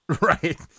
Right